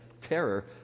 terror